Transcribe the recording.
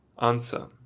Answer